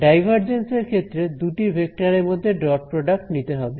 divergence এর ক্ষেত্রে দুটি ভেক্টরের মধ্যে ডট প্রোডাক্ট নিতে হবে